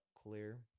Clear